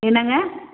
என்னங்க